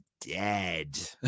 dead